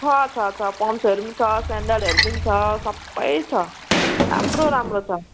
छ छ छ पम्सुहरू पनि छ सेन्डलहरू पनि छ सबै छ राम्रो राम्रो छ